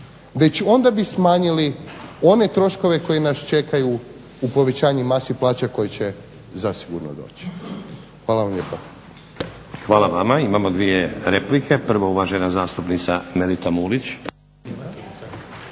već onda bi smanjili one troškove koji nas čekaju u povećanju masi plaća koje će zasigurno doći. Hvala vam lijepa. **Stazić, Nenad (SDP)** Hvala vama. Imamo dvije replike. Prva uvažena zastupnica Melita Mulić.